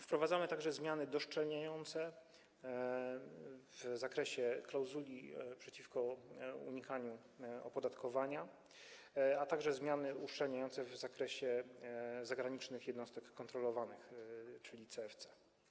Wprowadzamy także zmiany uszczelniające w zakresie klauzuli przeciwko unikaniu opodatkowania, a także zmiany uszczelniające w zakresie zagranicznych jednostek kontrolowanych, czyli CFC.